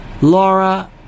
Laura